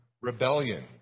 rebellion